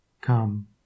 Come